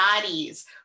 bodies